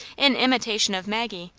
in imitation of maggie,